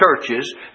churches